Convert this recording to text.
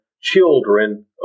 children